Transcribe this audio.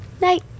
Night